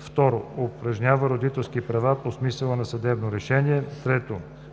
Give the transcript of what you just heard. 2. упражнява родителски права по смисъла на съдебно решение; 3.